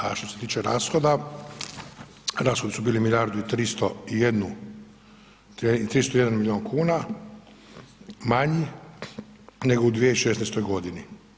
A što se tiče rashoda, rashodi su bili milijardu 301 milijun manji nego u 2016. godini.